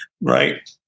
Right